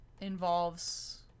involves